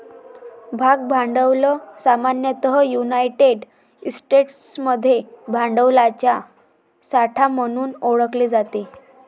भाग भांडवल सामान्यतः युनायटेड स्टेट्समध्ये भांडवलाचा साठा म्हणून ओळखले जाते